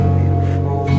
beautiful